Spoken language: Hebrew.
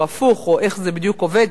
או הפוך או איך זה בדיוק עובד.